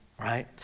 right